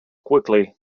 quickly